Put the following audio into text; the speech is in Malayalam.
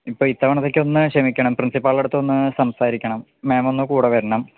ഇപ്പോൾ ഇത്തവണത്തേക്ക് ഒന്ന് ക്ഷമിക്കണം പ്രിൻസിപ്പാൾടെ അടുത്ത് ഒന്ന് സംസാരിക്കണം മാം ഒന്ന് കൂടെ വരണം